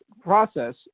process